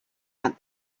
out